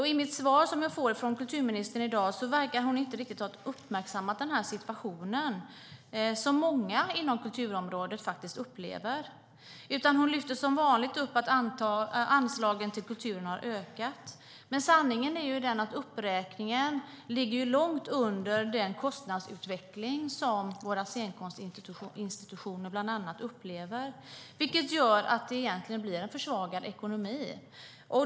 I det svar jag får från kulturministern i dag verkar hon inte riktigt ha uppmärksammat den situation som många inom kulturområdet faktiskt upplever, utan hon lyfter som vanligt upp att anslagen till kulturen har ökat. Men sanningen är att uppräkningen ligger långt under den kostnadsutveckling som våra scenkonstinstitutioner bland annat upplever. Det gör att det egentligen blir en försvagad ekonomi.